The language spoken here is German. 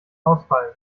ausfallen